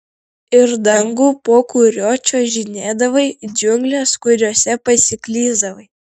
ir dangų po kuriuo čiuožinėdavai džiungles kuriose pasiklysdavai